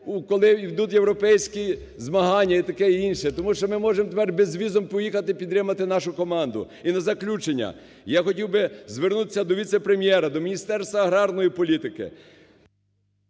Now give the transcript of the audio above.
коли ідуть європейські змагання і таке інше, тому що ми можемо тепер безвізом поїхати і підтримати нашу команду. І на заключення. Я хотів би звернутися до віце-прем'єра, до Міністерства аграрної політики…